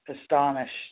astonished